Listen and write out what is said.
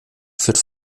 führt